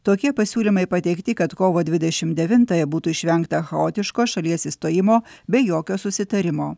tokie pasiūlymai pateikti kad kovo dvidešim devintąją būtų išvengta chaotiško šalies išstojimo be jokio susitarimo